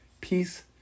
peace